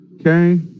Okay